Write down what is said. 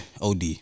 Od